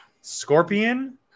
Scorpion